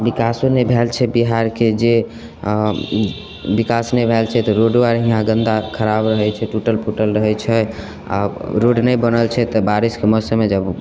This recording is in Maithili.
बिकासो नहि भेल छै बिहारके जे बिकास नहि भेल छै तऽ रोडो आर अहिना गन्दा खराब रहैत छै टूटल फुटल रहैत छै आ रोड नहि बनल छै तऽ बारिशके मौसममे जे